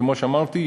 כמו שאמרתי,